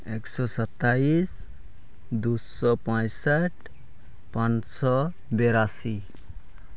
ᱮᱠᱥᱚ ᱥᱟᱛᱟᱥ ᱫᱩᱭᱥᱚ ᱯᱚᱸᱭᱥᱟᱴ ᱯᱟᱸᱪᱥᱚ ᱵᱤᱨᱟᱥᱤ